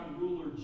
ruler